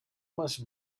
must